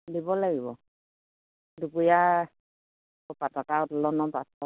দিব লাগিব দুপৰীয়া পাতাকা উত্তোলনৰ পাছত